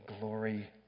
glory